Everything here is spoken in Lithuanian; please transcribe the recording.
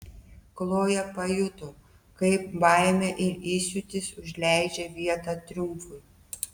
kloja pajuto kaip baimė ir įsiūtis užleidžia vietą triumfui